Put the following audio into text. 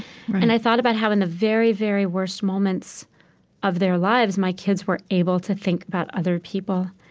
and i thought about how in the very, very worst moments of their lives, my kids were able to think about other people.